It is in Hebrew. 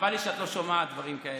חבל לי שאת לא שומעת דברים כאלה.